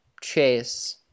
chase